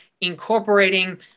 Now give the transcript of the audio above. incorporating